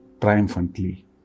triumphantly